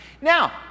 Now